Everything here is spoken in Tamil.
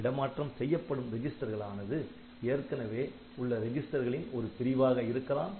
இடமாற்றம் செய்யப்படும் ரெஜிஸ்டர்கள் ஆனது ஏற்கனவே உள்ள ரெஜிஸ்டர்களின் ஒரு பிரிவாக இருக்கலாம்